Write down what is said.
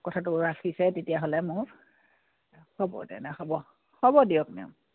কথাটো ৰাখিছে তেতিয়াহ'লে মোক হ'ব তেনে হ'ব হ'ব দিয়ক